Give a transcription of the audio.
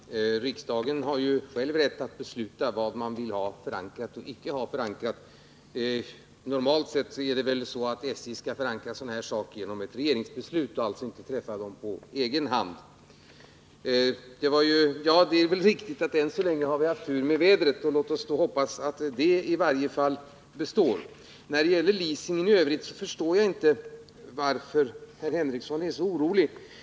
Herr talman! Riksdagen har ju själv rätt att besluta om vad den på sådant sätt vill ha förankrat. Normalt skall väl SJ förankra sådana avtal genom regeringsbeslut och inte träffa dem på egen hand. Det är väl riktigt att vi än så länge har haft tur med vädret. Låt oss då hoppas att detta skall fortsätta. När det gäller leasingfrågan förstår jag inte varför Sven Henricsson är så orolig.